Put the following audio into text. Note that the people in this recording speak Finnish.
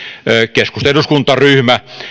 keskustan eduskuntaryhmä